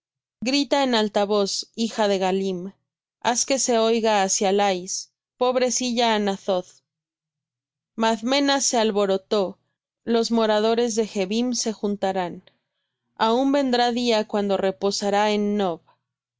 grita en alta voz hija de galim haz que se oiga hacia lais pobrecilla anathoth madmena se alborotó los moradores de gebim se juntarán aún vendrá día cuando reposará en nob